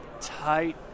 tight